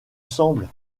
semble